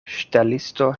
ŝtelisto